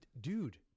Dude